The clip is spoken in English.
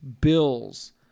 Bills